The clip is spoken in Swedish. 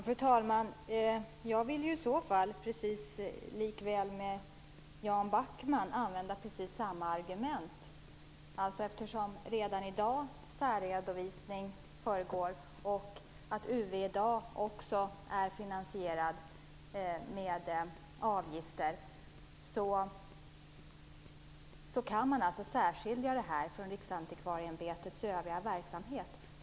Fru talman! Jag vill använda precis samma argument som Jan Backman. Eftersom det redan i dag förekommer särredovisning och eftersom UV i dag också är finansierad med avgifter så kan man alltså särskilja detta från Riksantikvarieämbetets övriga verksamhet.